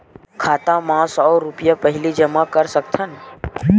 खाता मा सौ रुपिया पहिली जमा कर सकथन?